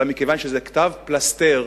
אלא מכיוון שזה כתב פלסתר,